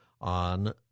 on